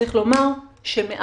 צריך לומר שמאז